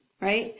right